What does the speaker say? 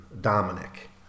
Dominic